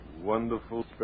Wonderful